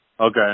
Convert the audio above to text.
Okay